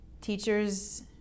teachers